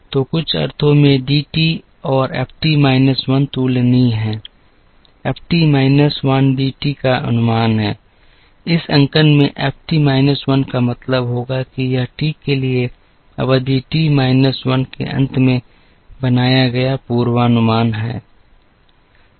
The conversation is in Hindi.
तो कुछ अर्थों में डी टी और एफ टी माइनस 1 तुलनीय हैं F T minus 1 D T का अनुमान है इस अंकन में एफ टी माइनस 1 का मतलब होगा कि यह टी के लिए अवधि टी माइनस 1 के अंत में बनाया गया पूर्वानुमान है